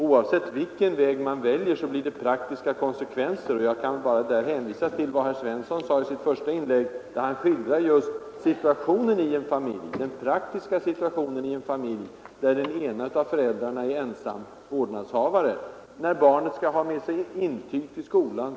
Oavsett vilken väg man väljer, blir det praktiska konsekvenser. Jag kan bara hänvisa till vad herr Svensson i Malmö framhöll i sitt första inlägg. Han skildrade just den praktiska situationen i en familj, där den ena av föräldrarna är ensam vårdnadshavare, när barnet skall ha med sig ett intyg till skolan.